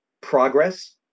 progress